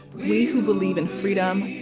we who believe in freedom